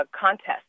contest